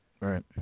Right